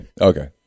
Okay